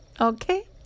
Okay